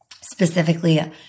specifically